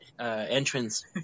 entrance